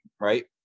right